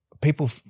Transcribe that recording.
people